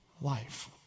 life